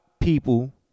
people